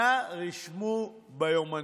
נא רשמו ביומנים.